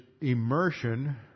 immersion